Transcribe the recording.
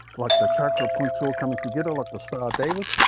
like the chakra points all coming together like the star david,